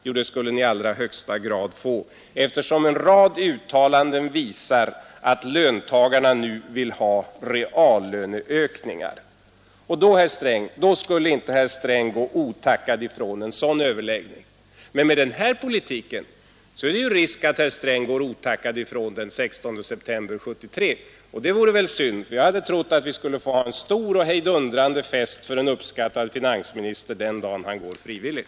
Jo, det skulle ni i allra högsta grad få, eftersom en rad uttalanden visar att löntagarna nu vill ha reallöneökningar. Herr Sträng skulle inte gå otackad ifrån en sådan överläggning. Men med den här politiken är risken att herr Sträng får gå otackad ifrån den 16 september 1973. Det vore väl synd, för jag hade trott att vi skulle få en stor och hejdundrande fest för en uppskattad finansminister den dag han går frivilligt.